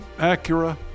Acura